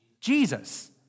Jesus